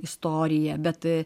istoriją bet